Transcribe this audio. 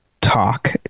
talk